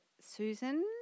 Susan